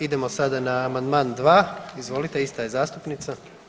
Idemo sada na Amandman 2., izvolite ista je zastupnica.